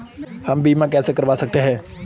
हम बीमा कैसे करवा सकते हैं?